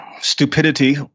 stupidity